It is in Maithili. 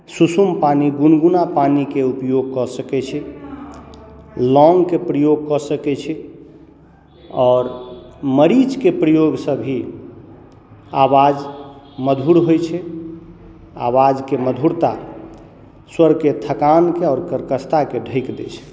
सुसुम पानि गुनगुना पानिके उपयोग कऽ सकैत छी लौङ्गके प्रयोग कऽ सकैत छी आओर मरीचके प्रयोगसँ भी आवाज मधुर होइत छै आवाजके मधुरता स्वरके थकानके आओर कर्कशताके ढकि दैत छै